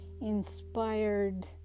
inspired